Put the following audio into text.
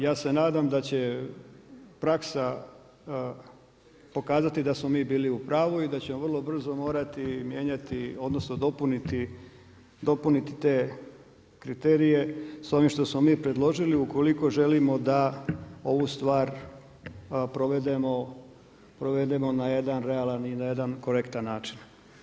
Ja se nadam da će praksa pokazati da smo mi bili u pravu i da će vrlo brzo morati mijenjati odnosno dopuniti te kriterije s ovim što smo mi predložili ukoliko želimo da ovu stvar provedemo na jedan realan i korektan način.